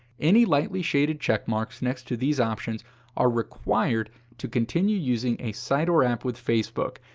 any lightly-shaded checkmarks next to these options are required to continue using a site or app with facebook,